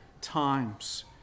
times